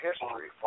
history